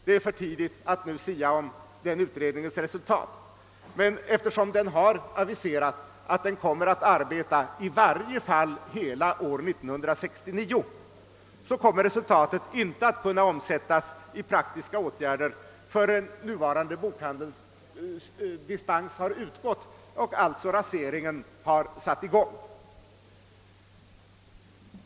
Det är för tidigt att nu sia om denna utrednings resultat, men eftersom den har aviserat att den kommer att arbeta i varje fall under hela år 1969, kommer resultatet inte att kunna omsättas i praktiska åtgärder förrän nuvarande bokhandelsdispens har utgått och raseringen har satt i gång.